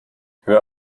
hör